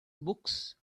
books